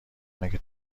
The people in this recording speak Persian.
مگه